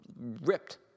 ripped